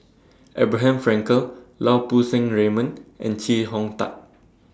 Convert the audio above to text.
Abraham Frankel Lau Poo Seng Raymond and Chee Hong Tat